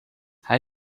hij